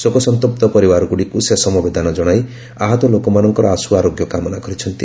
ଶୋକ ସନ୍ତପ୍ତ ପରିବାରଗୁଡ଼ିକୁ ସେ ସମବେଦନା ଜଣାଇ ଆହତ ଲୋକମାନଙ୍କର ଆଶୁଆରୋଗ୍ୟ କାମନା କରିଛନ୍ତି